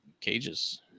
cages